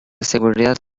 seguridad